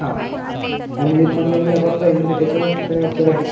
हां आणि पनीर लाबाब पाहीजे होते त्याच्यावरती काय ऑफर आहे